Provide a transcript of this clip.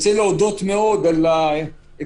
אני רוצה להודות מאוד על האפשרות,